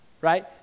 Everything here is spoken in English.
right